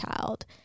Child